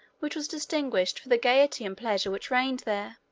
which was distinguished for the gayety and pleasure which reigned there.